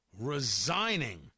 resigning